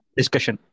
discussion